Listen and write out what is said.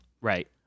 Right